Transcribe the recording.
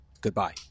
goodbye